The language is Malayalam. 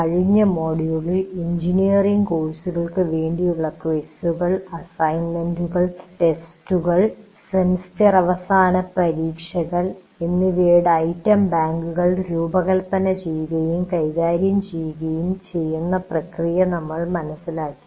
കഴിഞ്ഞ മൊഡ്യൂളിൽ എഞ്ചിനീയറിങ് കോഴ്സുകൾക്ക് വേണ്ടിയുള്ള ക്വിസുകൾ അസൈൻമെൻറ്കൾ ടെസ്റ്റുകൾ സെമസ്റ്റർ അവസാന പരീക്ഷകൾ എന്നിവയുടെ ഐറ്റം ബാങ്കുകൾ രൂപകൽപ്പന ചെയ്യുകയും കൈകാര്യം ചെയ്യുകയും ചെയ്യുന്ന പ്രക്രിയ നമ്മൾ മനസ്സിലാക്കി